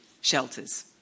shelters